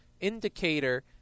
indicator